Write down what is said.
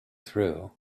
through